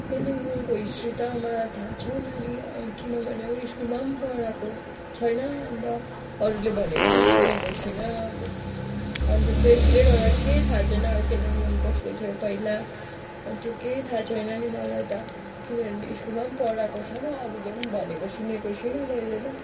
कालिम्पोङको हिस्ट्री त मलाई थाहा छैन नि किनभने अब स्कुलमा पनि पढाएको छैन अन्त अरूले भनेको पनि सुनेको छुइनँ अन्त त्यसले गर्दा केही थाहा छैन अब कालिम्पोङ कस्तो थियो पहिला र त्यो केही थाहा छैन नि मलाई त किनभने स्कुलमाम पढाएको छैन अरूले पनि भनेको सुनेको छुइनँ मैले त